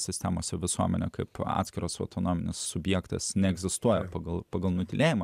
sistemose visuomenė kaip atskiras autonominis subjektas neegzistuoja pagal pagal nutylėjimą